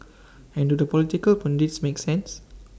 and do the political pundits make sense